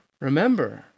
Remember